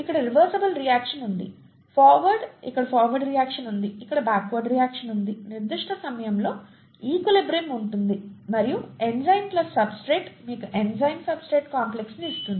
ఇక్కడ reversible reaction ఉంది forward ఇక్కడ ఫార్వర్డ్ రియాక్షన్ ఉంది ఇక్కడ బ్యాక్వర్డ్ రియాక్షన్ ఉంది నిర్దిష్ట సమయంలో ఈక్విలిబ్రియం ఉంటుంది మరియు ఎంజైమ్ ప్లస్ సబ్స్ట్రేట్ మీకు ఎంజైమ్ సబ్స్ట్రేట్ కాంప్లెక్స్ని ఇస్తుంది